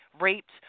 raped